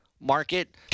market